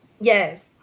Yes